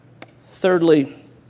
Thirdly